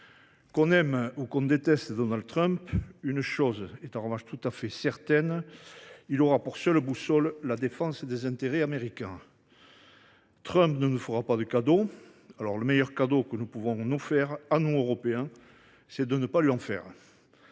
l’on aime ou que l’on déteste Donald Trump, une chose est tout à fait certaine : il aura pour seule boussole la défense des intérêts américains. Trump ne nous fera pas de cadeaux. Alors, le meilleur cadeau que nous pouvons nous faire, à nous Européens, c’est de ne pas lui en faire